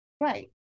Right